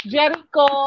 Jericho